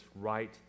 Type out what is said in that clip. right